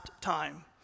time